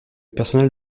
personnel